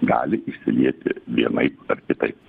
gali išsilieti vienaip ar kitaip